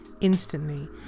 instantly